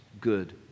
good